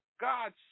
God